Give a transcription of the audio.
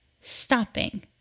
stopping